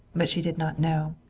but she did not know.